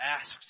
asked